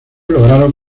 lograron